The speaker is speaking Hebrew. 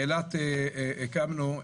באילת הקמנו,